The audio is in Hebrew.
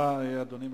מה אדוני מציע?